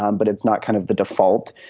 um but it's not kind of the default,